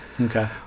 Okay